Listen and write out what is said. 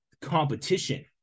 competition